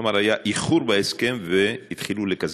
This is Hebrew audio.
כלומר, היה איחור בהסכם, והתחילו לקזז.